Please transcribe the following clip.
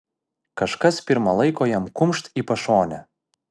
kažkas pirma laiko jam kumšt į pašonę